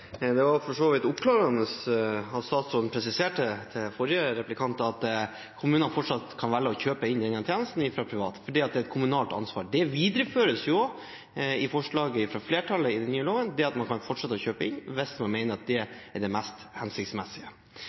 at kommunene fortsatt kan velge å kjøpe inn denne tjenesten fra private, fordi det er et kommunalt ansvar. Det videreføres jo også i forslaget fra flertallet at man kan fortsette å kjøpe inn hvis man mener at det er det mest hensiktsmessige.